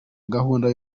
gahunda